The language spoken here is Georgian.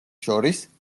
შორის